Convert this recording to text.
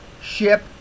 ship